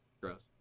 gross